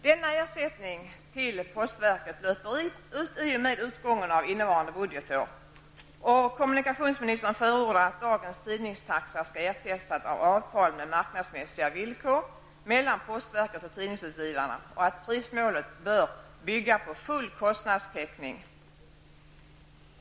Denna ersättning till postverket löper ut i och med utgången av innevarande budgetår, och kommunikationsministern förordar att dagens tidningstaxa skall ersättas av avtal med marknadsmässiga villkor mellan postverket och tidningsutgivarna och att prismålet bör bygga på full kostnadstäckning.